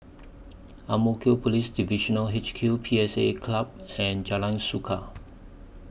Ang Mo Kio Police Divisional H Q P S A Club and Jalan Suka